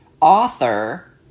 author